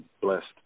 blessed